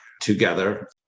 together